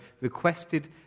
requested